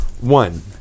One